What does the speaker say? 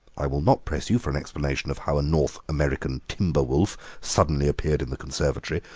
i will not press you for an explanation of how a north american timber-wolf suddenly appeared in the conservatory,